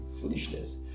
foolishness